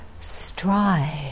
strive